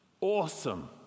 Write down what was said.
Awesome